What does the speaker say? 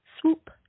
swoop